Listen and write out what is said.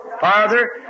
Father